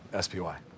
SPY